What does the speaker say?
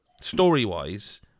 story-wise